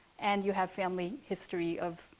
and you have family history of,